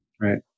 right